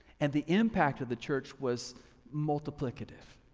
and the impact of the church was multiplicative.